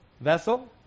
vessel